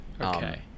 Okay